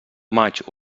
maig